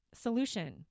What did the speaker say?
solution